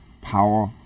power